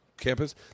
campus